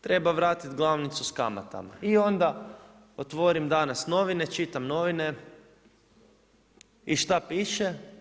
Treba vratiti glavnicu s kamatama i onda otvorim danas novine, čitam novine i što piše?